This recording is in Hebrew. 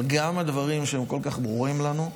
אבל גם הדברים שכל כך ברורים לנו,